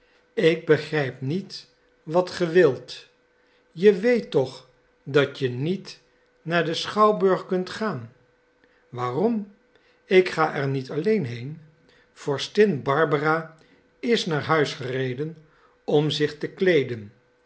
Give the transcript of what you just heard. ik begrijp niet wat ge wilt je weet toch dat je niet naar de schouwburg kunt gaan waarom ik ga er niet alleen heen vorstin barbara is naar huis gereden om zich te kleeden